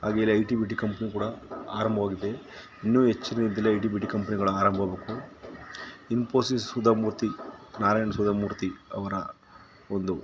ಹಾಗೆಯೇ I T B T company ಕೂಡ ಆರಂಭವಾಗಿದೆ ಇನ್ನೂ ಹೆಚ್ಚಿನ ರೀತಿಯಲ್ಲಿ ಐ ಟಿ ಬಿ ಟಿ ಕಂಪ್ನಿಗಳು ಆರಂಭವಾಗಬೇಕು ಇಂಪೋಸಿಸ್ ಸುಧಾ ಮೂರ್ತಿ ನಾರಾಯಣ್ ಸುಧಾ ಮೂರ್ತಿ ಅವರ ಒಂದು